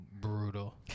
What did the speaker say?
brutal